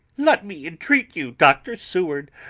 let me entreat you, dr. seward,